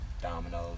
Dominoes